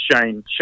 Shane